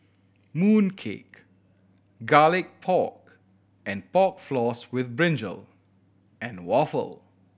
mooncake Garlic Pork and Pork Floss with brinjal and waffle